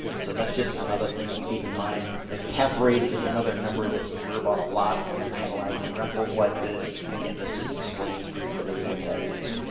so that's just another thing to keep in mind. the cap rate is another number that you hear about a lot when you're analyzing rentals like this, and again, this just explains pretty clearly what that is.